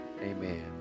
amen